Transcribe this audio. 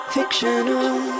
Fictional